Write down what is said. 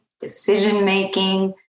decision-making